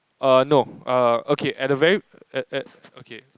uh no uh okay at the very err err okay